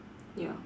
ya